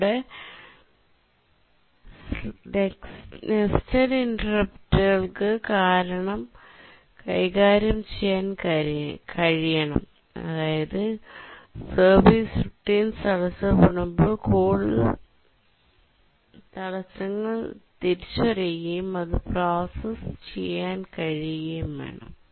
ഇവിടെ നെസ്റ്റഡ് ഇന്ററപ്റ്റുകൾ കൈകാര്യം ചെയ്യാൻ കഴിയണം അതായത് സർവീസ് റൂട്ടിൻസ് തടസ്സപ്പെടുമ്പോൾ കൂടുതൽ തടസ്സങ്ങൾ തിരിച്ചറിയുകയും അത് പ്രോസസ്സ് ചെയ്യാൻ കഴിയുകയും വേണം